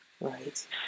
Right